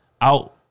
out